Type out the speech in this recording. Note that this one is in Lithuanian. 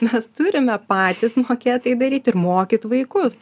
mes turime patys mokėt tai daryt ir mokyt vaikus